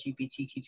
LGBTQ